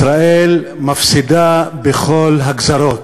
ישראל מפסידה בכל הגזרות.